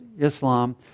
Islam